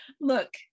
Look